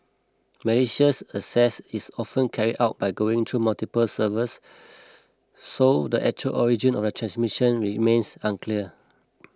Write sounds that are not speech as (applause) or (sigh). malicious access is often carried out by going through multiple servers (noise) so the actual origin of the transmission remains unclear